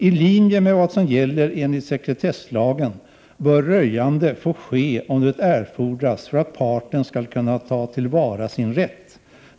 I linje med vad som gäller enligt sekretesslagen bör röjandet få ske om det erfordras för att parten skall kunna ta till vara sin rätt.